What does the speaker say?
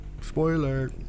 Spoiler